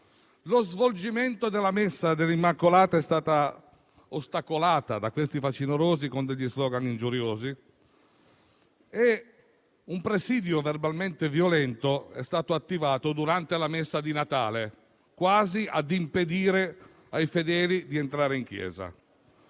Lo svolgimento della messa dell'Immacolata è stata ostacolata da questi facinorosi con degli *slogan* ingiuriosi e un presidio verbalmente violento è stato attivato durante la messa di Natale, quasi a impedire ai fedeli di entrare in chiesa: